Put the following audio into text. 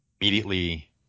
immediately